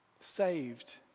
Saved